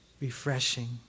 Refreshing